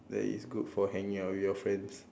that is good for hanging out with your friends